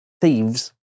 thieves